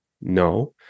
No